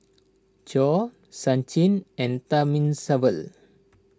Choor Sachin and Thamizhavel